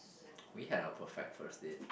we had a perfect first date